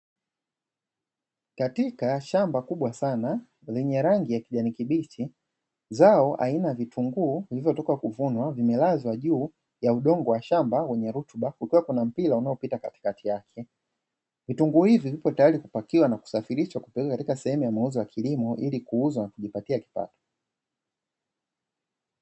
Katika shamba kubwa sana lenye rangi ya kijani kibichi, zao aina vitunguu vilivyotoka kuvunwa vimelazwa juu ya udongo wa shamba wenye rutuba, kukiwa kuna mpira unaopita katikati yake. Vitunguu hivi viko tayari kupakiwa na kusafirishwa, kupelekwa katika sehemu ya mauzo ya kilimo ili kuuzwa na kujipatia kipato.